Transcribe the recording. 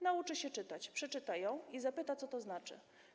Nauczy się czytać, przeczyta ją i zapyta, co to znaczy.